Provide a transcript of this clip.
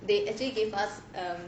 they actually gave us um